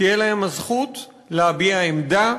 תהיה להם הזכות להביע עמדה,